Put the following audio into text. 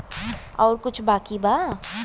और कुछ बाकी बा?